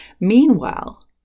Meanwhile